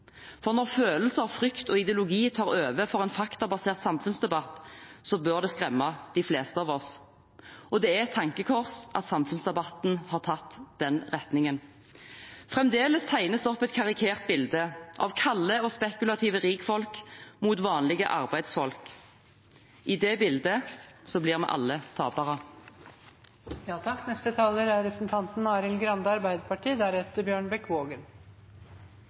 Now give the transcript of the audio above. Når følelser, frykt og ideologi tar over for en faktabasert samfunnsdebatt, bør det skremme de fleste av oss. Det er et tankekors at samfunnsdebatten har tatt den retningen. Fremdeles tegnes det opp et karikert bilde av kalde og spekulative rikfolk mot vanlige arbeidsfolk. I det bildet blir vi alle